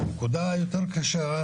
הבעיה השנייה,